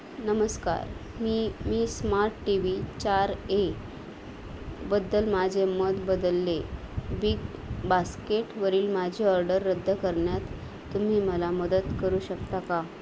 नमस्कार मी मी स्मार्ट टी व्ही चार ए बद्दल माझे मत बदलले बिग बास्केटवरील माझी ऑर्डर रद्द करण्यात तुम्ही मला मदत करू शकता का